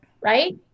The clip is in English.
right